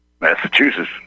Massachusetts